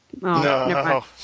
No